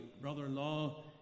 brother-in-law